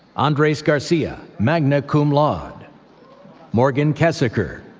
andres garcia, magna cum laude morgan kesecker,